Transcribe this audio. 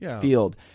field